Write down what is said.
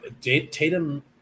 Tatum